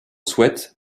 souhaite